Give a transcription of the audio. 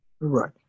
Right